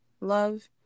love